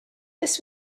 this